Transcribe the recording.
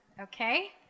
Okay